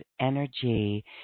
energy